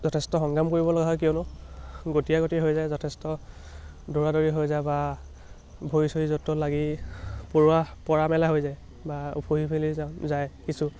যথেষ্ট সংগ্ৰাম কৰিবলগা হয় কিয়নো গতিয়া গতি হৈ যায় যথেষ্ট দৌৰাদৌৰি হৈ যায় বা ভৰি চৰি য'ত ত'ত লাগি পৰুৱা পৰা মেলা হৈ যায় বা উফহি মেলি যা যায় কিছু